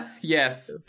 Yes